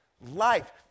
life